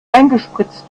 eingespritzt